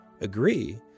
agree